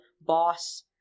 boss